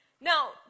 Now